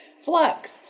flux